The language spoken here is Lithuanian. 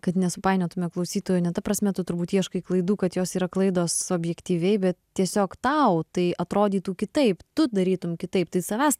kad nesupainiotume klausytojų ne ta prasme tu turbūt ieškai klaidų kad jos yra klaidos objektyviai bet tiesiog tau tai atrodytų kitaip tu darytum kitaip tai savęs